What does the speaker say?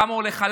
כמה עולה חלב,